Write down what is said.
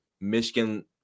Michigan